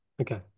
okay